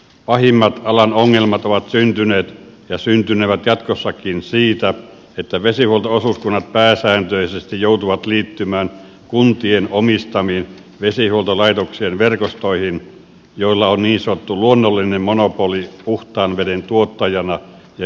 pahimmat alan ongelmat ovat syntyneet ja syntynevät jatkossakin siitä että vesihuolto osuuskunnat pääsääntöisesti joutuvat liittymään kuntien omistamiin vesihuoltolaitoksien verkostoihin joilla on niin sanottu luonnollinen monopoli puhtaan veden tuottajana ja jätevesien käsittelijänä